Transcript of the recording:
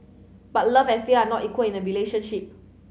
but love and fear are not equal in the relationship